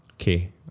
Okay